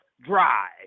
drive